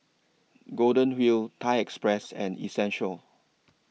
Golden Wheel Thai Express and Essential